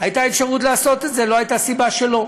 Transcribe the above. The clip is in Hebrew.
הייתה אפשרות לעשות את זה, לא הייתה סיבה שלא.